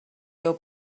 deu